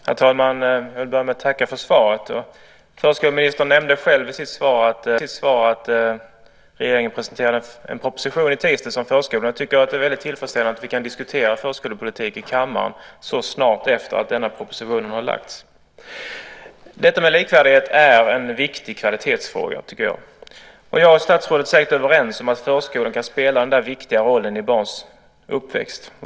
Herr talman! Jag vill börja med att tacka för svaret. Förskoleministern nämnde i sitt svar att regeringen presenterade en proposition om förskolan i tisdags. Det är mycket tillfredsställande att vi kan diskutera förskolepolitik i kammaren så snart efter att propositionen lagts fram. Detta med likvärdighet är en viktig kvalitetsfråga. Jag och statsrådet är säkert överens om att förskolan kan spela en viktig roll i barnens uppväxt.